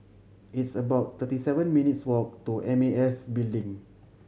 it's about thirty seven minutes' walk to M A S Building